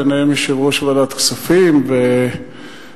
ביניהם יושב-ראש ועדת הכספים ואחרים,